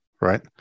right